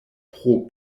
pro